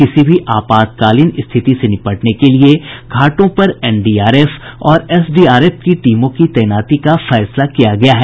किसी भी आपातकालीन स्थिति से निपटने के लिए घाटों पर एनडीआरएफ और एसडीआरएफ की टीमों की तैनाती का फैसला किया गया है